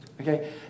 Okay